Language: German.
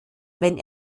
wenn